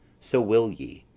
so will ye,